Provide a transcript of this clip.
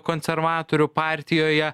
konservatorių partijoje